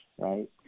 right